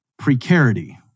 precarity